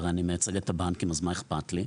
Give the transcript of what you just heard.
הרי, אני מייצג את הבנקים, אז מה אכפת לי?